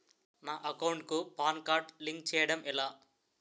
నా అకౌంట్ కు PAN card link చేయడం ఎలా?